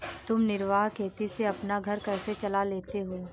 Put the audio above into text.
तुम निर्वाह खेती से अपना घर कैसे चला लेते हो?